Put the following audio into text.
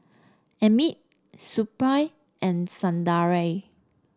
Amit Suppiah and Sundaraiah